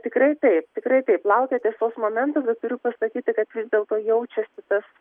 tikrai taip tikrai taip laukia tiesos momentas bet turiu pasakyti kad vis dėlto jaučiasi tas